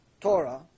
Torah